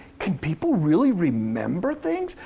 can people really remember things?